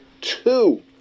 two